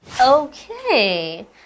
Okay